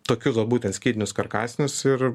tokius va būtent skydinius karkasinius ir